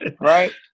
Right